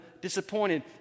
disappointed